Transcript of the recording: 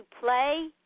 play